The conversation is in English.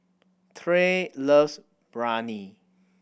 Tre loves Biryani